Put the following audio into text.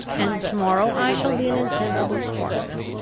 and to-morrow i shall be an insensible corpse.